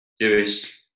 Jewish